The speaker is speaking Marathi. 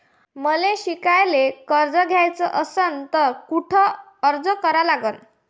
मले शिकायले कर्ज घ्याच असन तर कुठ अर्ज करा लागन?